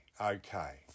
Okay